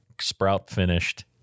sprout-finished